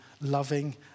loving